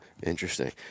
Interesting